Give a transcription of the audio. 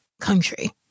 Country